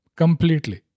completely